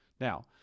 Now